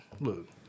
look